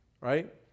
Right